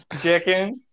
chicken